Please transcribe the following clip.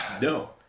No